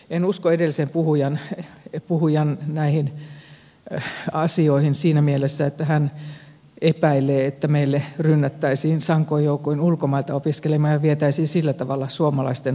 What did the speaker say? en usko edellisen puhujan asioihin siinä mielessä että hän epäilee että meille rynnättäisiin sankoin joukoin ulkomailta opiskelemaan ja vietäisiin sillä tavalla suomalaisten opiskelupaikkoja